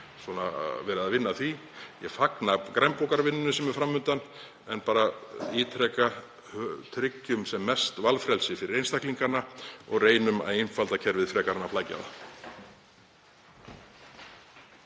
að verið sé að vinna að því. Ég fagna grænbókarvinnunni sem er fram undan en ítreka: Tryggjum sem mest valfrelsi fyrir einstaklingana og reynum að einfalda kerfið frekar en að flækja